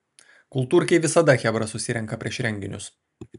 kultūrkėj visada chebra susirenka prieš renginius